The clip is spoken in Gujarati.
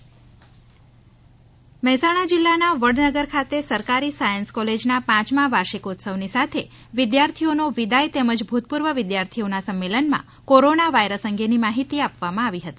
કોરોના વાઇરસ મહેસાણા જીલ્લાના વડનગર ખાતે સરકારી સાયન્સ કોલેજના પાંચમા વાર્ષિકોત્સવની સાથે વિદ્યાર્થીઓનો વિદાય તેમજ ભૂતપૂર્વ વિદ્યાર્થીઓના સંમેલનમાં કોરોના વાયરસ અંગેની માહિતી આપવામાં આવી હતી